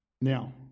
Now